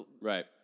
Right